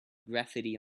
graffiti